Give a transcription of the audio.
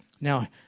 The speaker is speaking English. Now